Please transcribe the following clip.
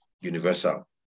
universal